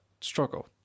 Struggle